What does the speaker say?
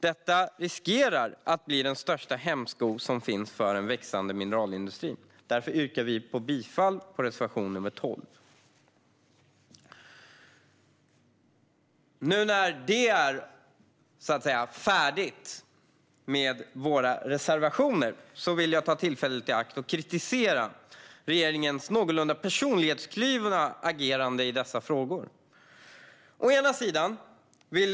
Detta riskerar annars bli den största hämskon för en växande mineralindustri. Därför yrkar vi bifall till reservation 12. Nu när det är färdigt med våra reservationer vill jag ta tillfället i akt och kritisera regeringens något personlighetskluvna agerande i dessa frågor.